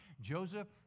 Joseph